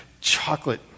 chocolate